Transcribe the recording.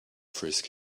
frisk